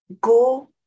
go